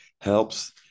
helps